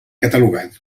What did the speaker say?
catalogat